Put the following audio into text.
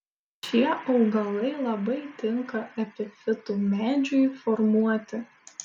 šie augalai labai tinka epifitų medžiui formuoti